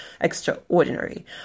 extraordinary